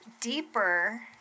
deeper